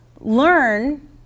learn